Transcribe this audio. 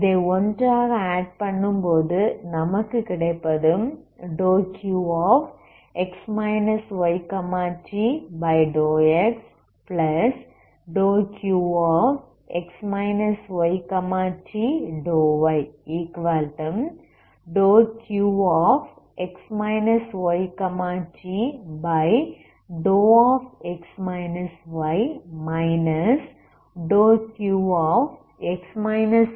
இதை ஒன்றாக ஆட் பண்ணும்போது நமக்கு கிடைப்பது ∂Qx yt∂x∂Qx yt∂y∂Qx yt∂ ∂Qx ytx y0 ஆகும்